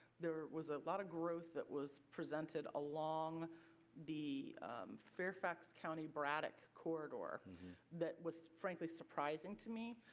there was a lot of growth that was presented along the fairfax county-braddock corridor that was frankly surprising to me.